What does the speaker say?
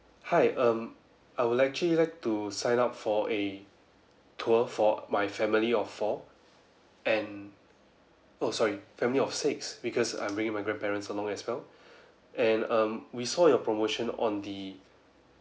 hi um I would actually like to sign up for a tour for my family of four and oh sorry family of six because I'm bringing my grandparents along as well and um we saw your promotion on the